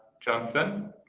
Johnson